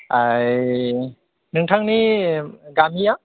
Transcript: ओइ नोंथांनि गामिया